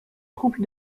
troupes